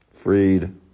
Freed